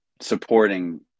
supporting